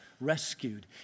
rescued